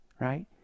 right